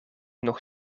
nog